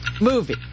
Movie